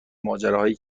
ماجراهایی